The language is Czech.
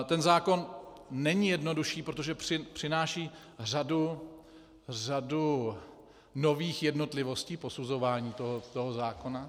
Ten zákon není jednodušší, protože přináší řadu nových jednotlivostí posuzování toho zákona.